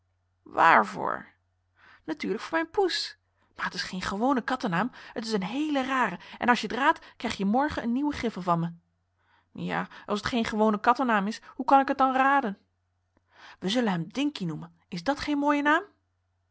waarvoor natuurlijk voor mijn poes maar het is geen gewone kattennaam het is een heele rare en als je het raadt krijg je morgen een nieuwen griffel van me ja als t geen gewone kattennaam is hoe kan ik t dan raden we zullen hem dinkie noemen is dat geen mooie naam